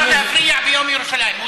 מותר להפריע ביום ירושלים.